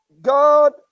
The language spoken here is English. God